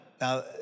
Now